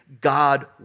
God